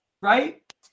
Right